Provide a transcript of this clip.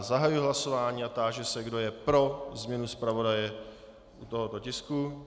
Zahajuji hlasování a táži se, kdo je pro změnu zpravodaje u tohoto tisku.